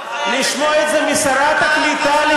ממה אתם מפחדים?